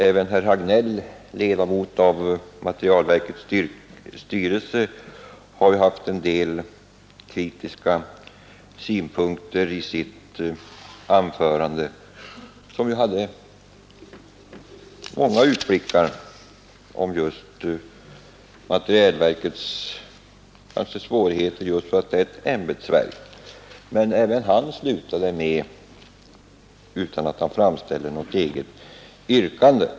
Även herr Hagnell, ledamot av materielverkets styrelse, anlade en del kritiska synpunkter i sitt anförande, som innehöll många utblickar om materielverkets svårigheter just därför att det är ett ämbetsverk. Men även han slutade utan att ha framställt något eget yrkande.